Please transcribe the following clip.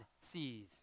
sees